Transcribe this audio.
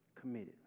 Committed